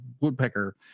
Woodpecker